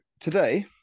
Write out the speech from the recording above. today